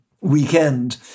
weekend